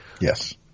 Yes